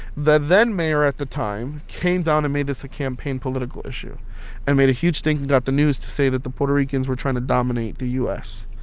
the then-mayor at the time came down and made this a campaign political issue and made a huge stink and got the news to say that the puerto ricans were trying to dominate the u s.